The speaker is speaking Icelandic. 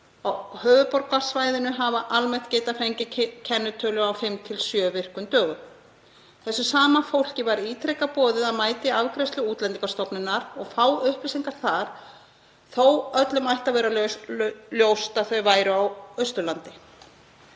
á höfuðborgarsvæðinu hafa almennt getað fengið kennitölu á fimm til sjö virkum dögum. Þessu sama fólki var ítrekað boðið að mæta í afgreiðslu Útlendingastofnunar og fá upplýsingar þar þótt öllum ætti að vera ljóst að þau væru á Austurlandi.